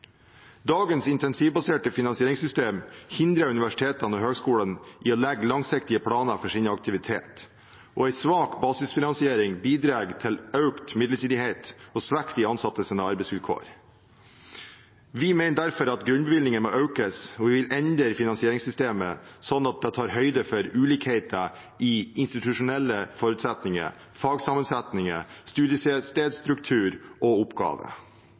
Dagens intensivbaserte finansieringssystem hindrer universitetene og høyskolene i å legge langsiktige planer for sin aktivitet, og en svak basisfinansiering bidrar til økt midlertidighet og svekker de ansattes arbeidsvilkår. Vi mener derfor at grunnbevilgningen må økes, og vi vil endre finansieringssystemet slik at det tar høyde for ulikheter i institusjonelle forutsetninger, fagsammensetninger, studiestedstruktur og